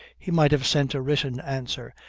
he might have sent a written answer,